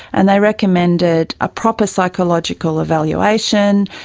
and they recommended a proper psychological evaluation.